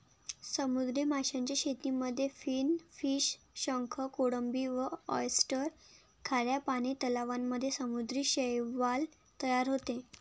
समुद्री माशांच्या शेतीमध्ये फिनफिश, शंख, कोळंबी व ऑयस्टर, खाऱ्या पानी तलावांमध्ये समुद्री शैवाल तयार होते